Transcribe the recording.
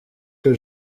que